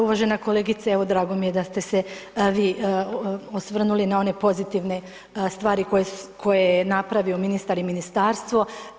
Uvažena kolegice, evo drago mi je da ste se vi osvrnuli na one pozitivne stvari koje je napravio ministar i ministarstvo.